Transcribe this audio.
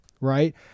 right